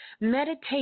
meditate